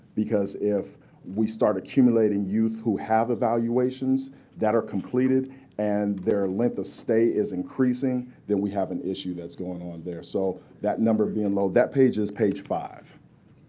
because if we start accumulating youth who have evaluations that are completed and their length of stay is increasing, then we have an issue that's going on there. so that number being low that page is page five.